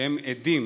שהם עדים,